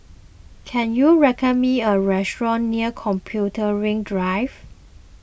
can you recommend me a restaurant near Computing Drive